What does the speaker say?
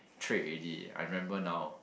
trait already I remember now